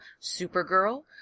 Supergirl